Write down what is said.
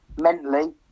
mentally